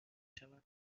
شوند